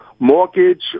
Mortgage